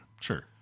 Sure